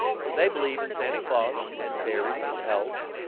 so they believe in santa claus and fairies and elves